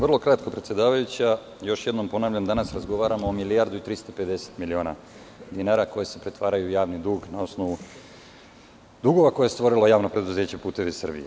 Vrlo kratko, predsedavajuća, još jednom ponavljam, danas razgovaramo o milijardu i 350 miliona dinara koji se pretvaraju u javni dug na osnovu dugova koje je stvorilo JP Putevi Srbije.